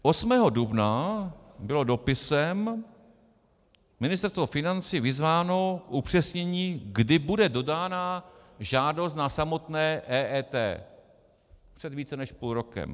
Osmého dubna bylo dopisem Ministerstvo financí vyzváno k upřesnění, kdy bude dodána žádost na samotné EET před více než půl rokem.